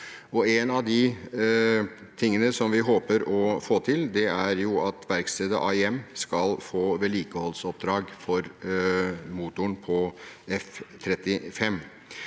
En av de tingene som vi håper å få til, er at verkstedet AIM skal få vedlikeholdsoppdrag for motoren på F-35.